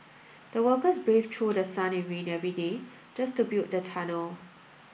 the workers braved through sun and rain every day just to build the tunnel